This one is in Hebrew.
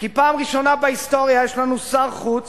כי פעם ראשונה בהיסטוריה יש לנו שר חוץ